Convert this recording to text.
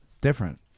different